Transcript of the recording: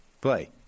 play